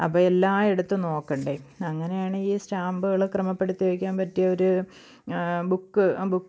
അപ്പോൾ എല്ലായിടത്തും നോക്കണ്ടെ അങ്ങനെയാണ് ഈ സ്റ്റാമ്പുകൾ ക്രമപ്പെടുത്തി വയ്ക്കാന് പറ്റിയ ഒരു ബുക്ക് അ